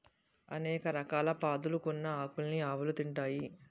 అనేక రకాల పాదులుకున్న ఆకులన్నీ ఆవులు తింటాయి